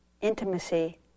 intimacy